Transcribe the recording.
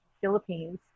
Philippines